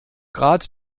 grad